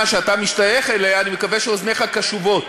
שאתה משתייך אליה אני מקווה שאוזניך קשובות: